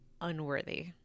unworthy